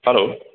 hello